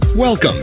Welcome